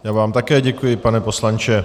Já vám také děkuji, pane poslanče.